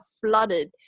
flooded